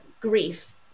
grief